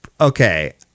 okay